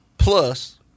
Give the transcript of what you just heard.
Plus